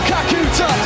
Kakuta